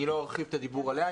אני לא ארחיב את הדיבור עליה.